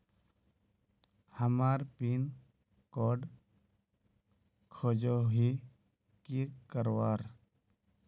हमार pin code खोजोही की करवार?